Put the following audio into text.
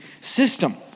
system